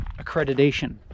accreditation